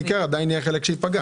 אבל עדיין יהיה חלק שייפגע.